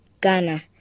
Ghana